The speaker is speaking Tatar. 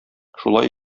шулай